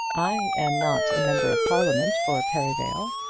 i am not member of parliament for perivale,